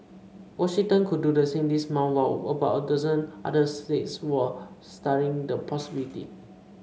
Washington could do the same later this month while about a dozen other states are studying the possibility